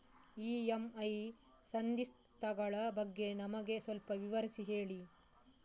EMI ಸಂಧಿಸ್ತ ಗಳ ಬಗ್ಗೆ ನಮಗೆ ಸ್ವಲ್ಪ ವಿಸ್ತರಿಸಿ ಹೇಳಿ